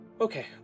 Okay